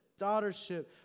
daughtership